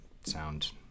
sound